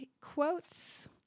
quotes